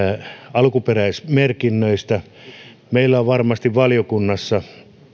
alkuperäismerkinnöistä meillä on varmasti valiokunnassa